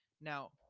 Now